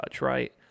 right